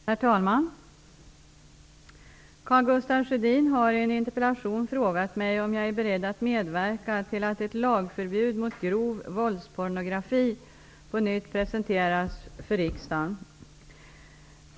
Herr talman! Karl Gustaf Sjödin har i en interpellation frågat mig om jag är beredd att medverka till att ett lagförbud mot grov våldspornografi på nytt presenteras för riksdagen.